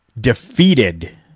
defeated